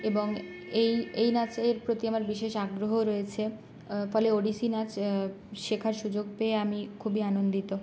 এবং এই এই নাচের প্রতি আমার বিশেষ আগ্রহও রয়েছে ফলে ওড়িশি নাচ শেখার সুযোগ পেয়ে আমি খুবই আনন্দিত